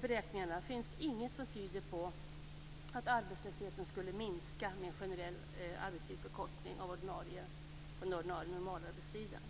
beräkningarna finns det inget som tyder på att arbetslösheten skulle minska med en generell förkortning av den ordinarie normalarbetstiden.